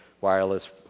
wireless